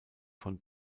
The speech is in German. von